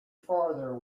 farther